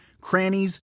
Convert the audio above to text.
crannies